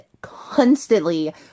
constantly